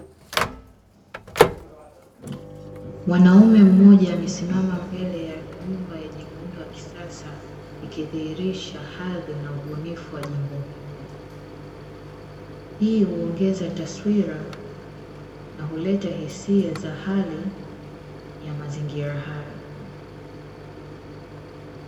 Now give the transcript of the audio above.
Mwanaume mmoja amesimama mbele ya nyumba yenye muundo wa kisasa, ikidhihirisha hadhi na ubunifu wa jengo hilo. Hii huongeza taswira na huleta hisia za hali ya mazingira hayo.